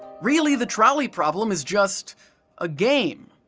really, the trolley problem is just a game.